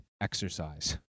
exercise